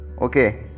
okay